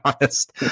honest